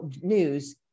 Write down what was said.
news